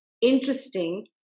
interesting